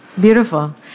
Beautiful